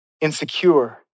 insecure